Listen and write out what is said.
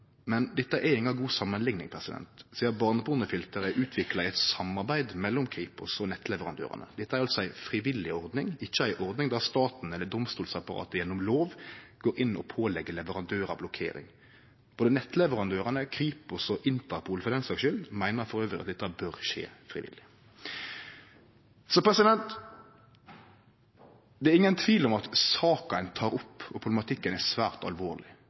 men dette er inga god samanlikning sidan barnepornofilteret er utvikla i eit samarbeid mellom Kripos og nettleverandørane. Dette er ei frivillig ordning, ikkje ei ordning der staten eller domstolsapparatet gjennom lov går inn og pålegg leverandørar blokkering. Både nettleverandørane, Kripos og Interpol – for den sakas skuld – meiner elles at dette bør skje frivillig. Det er ingen tvil om at saka og problematikken ein tek opp, er svært alvorleg.